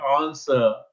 answer